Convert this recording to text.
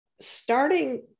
starting